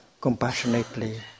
compassionately